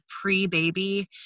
pre-baby